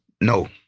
no